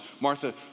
Martha